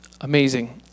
amazing